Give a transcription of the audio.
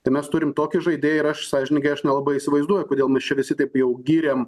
tai mes turim tokį žaidėją ir aš sąžiningai aš nelabai įsivaizduoju kodėl mes čia visi taip jau gyrėm